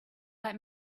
let